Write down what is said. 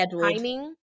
timing